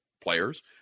players